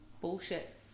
bullshit